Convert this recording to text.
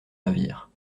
ravir